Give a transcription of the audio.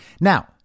Now